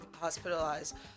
hospitalized